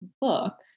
book